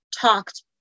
talked